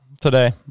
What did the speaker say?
today